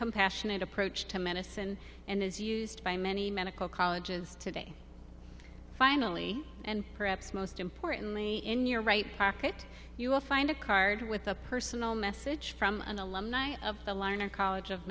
compassionate approach to medicine and is used by many medical colleges today finally and perhaps most importantly in your right pocket you will find a card with a personal message from an alumni of the learner college of